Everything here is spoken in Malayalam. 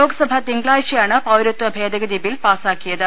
ലോക്സഭ തിങ്കളാഴ്ചയാണ് പൌരത്വ ഭേദഗതി ബിൽ പാസാ ക്കിയത്